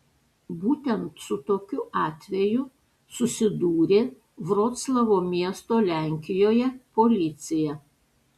būtent su tokiu atveju susidūrė vroclavo miesto lenkijoje policija